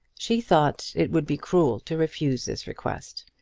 she thought it would be cruel to refuse this request,